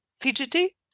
fidgety